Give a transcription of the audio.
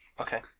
Okay